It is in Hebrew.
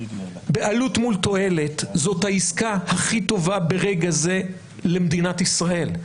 בעלות מול תועלת זאת העסקה הכי טובה ברגע זה למדינת ישראל.